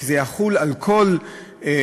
זה יחול על כל השולחים,